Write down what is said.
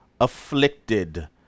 afflicted